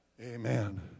Amen